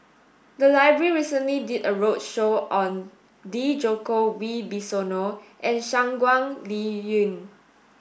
the library recently did a roadshow on Djoko Wibisono and Shangguan Liuyun